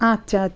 আচ্ছা আচ্ছা